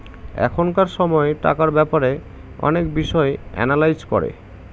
এখনকার সময় টাকার ব্যাপারে অনেক বিষয় এনালাইজ করে